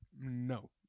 No